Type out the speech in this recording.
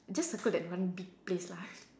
just circle that one big place lah